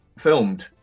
filmed